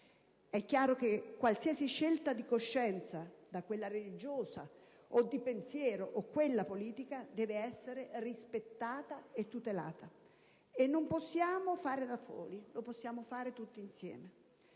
È chiaro che qualsiasi scelta di coscienza, da quella religiosa a quella di pensiero o politica, deve essere rispettata e tutelata, ma non possiamo agire da soli, dobbiamo lavorare tutti insieme.